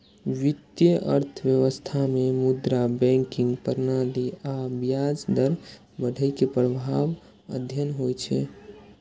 वित्तीय अर्थशास्त्र मे मुद्रा, बैंकिंग प्रणाली आ ब्याज दर बढ़ै के प्रभाव अध्ययन होइ छै